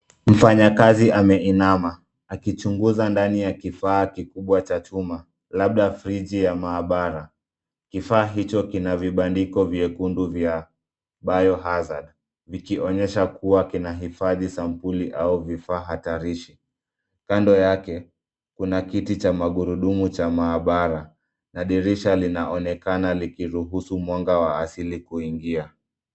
Mfanyakazi ameinama, akichunguza ndani ya kifaa kikubwa cha chuma, labda friji ya maaabara. KIfaa hicho kinavibandiko vyekundu vya [cs[biohazard ] ikionesha kuwa vinahifadhi sampuli au vifaaa hatarishi. Kando yake, kuna kiti cha maurudumu cha maabara na dirisha linaonekana likiruhusu mwanga wa asili kuingia.